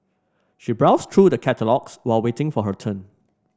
she browsed through the catalogues while waiting for her turn